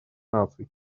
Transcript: наций